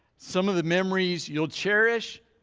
some of the memories you'll cherish.